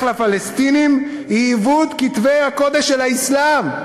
לפלסטינים היא עיוות כתבי הקודש של האסלאם.